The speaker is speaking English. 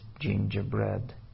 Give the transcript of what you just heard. gingerbread